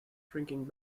shrinking